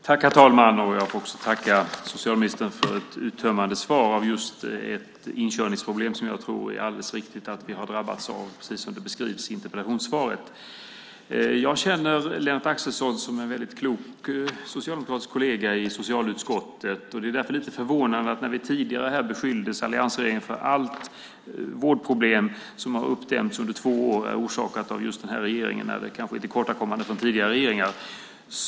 Herr talman! Jag får också tacka socialministern för ett uttömmande svar om just ett inkörningsproblem som jag tror det är alldeles riktigt att vi har drabbats av, precis som det beskrivs i interpellationssvaret. Jag känner Lennart Axelsson som en väldigt klok socialdemokratisk kollega i socialutskottet. Det var därför lite förvånande när alliansregeringen tidigare beskylldes för att alla vårdproblem som har uppdämts under två år skulle vara orsakade av just den här regeringen, när det kanske beror på tillkortakommanden från tidigare regeringar.